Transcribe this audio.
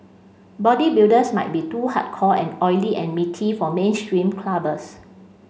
bodybuilders might be too hardcore and oily and meaty for mainstream clubbers